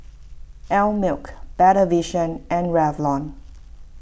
Einmilk Better Vision and Revlon